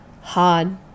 hard